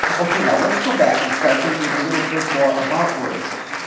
okay, now let's go back and start thinking a little bit more about words.